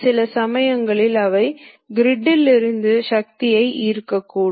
சில நேரங்களில் இறுதி புள்ளி கொடுக்கப்பட்டும்